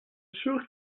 sûr